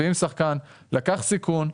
ואם שחקן לקח סיכון,